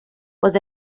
was